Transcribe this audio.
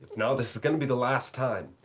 no this is gonna be the last time.